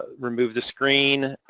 ah remove the screen,